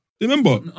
Remember